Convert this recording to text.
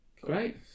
Great